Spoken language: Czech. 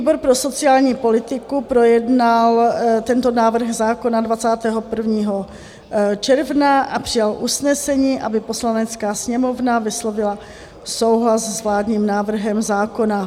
Výbor pro sociální politiku projednal tento návrh zákona 21. června a přijal usnesení, aby Poslanecká sněmovna vyslovila souhlas s vládním návrhem zákona.